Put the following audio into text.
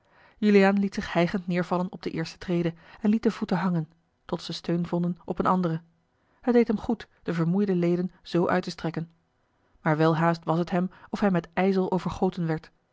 juliaan liet zich hijgend neêrvallen op de eerste trede en liet de voeten hangen tot ze steun vonden op eene andere het deed hem goed de vermoeide leden zoo uit te strekken maar welhaast was het hem of hij met ijzel overgoten werd